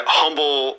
humble